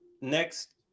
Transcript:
next